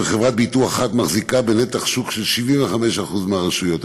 חברת ביטוח אחת מחזיקה בנתח שוק של 75% מהרשויות,